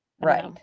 Right